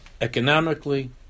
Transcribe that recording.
economically